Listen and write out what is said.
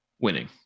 winning